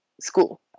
school